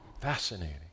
fascinating